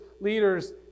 leaders